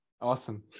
Awesome